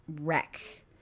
wreck